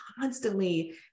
constantly